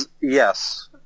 Yes